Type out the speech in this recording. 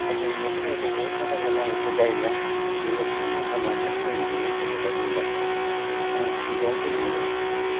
आजिखालि लेखा फरायाव बहुत थाखा फैसा नांगौबो जायोना बेबादिनो जों खालामनानै जों बिदिनो फेदेरगासिनो दं आं बेयावनो फोजोबनाय जाबाय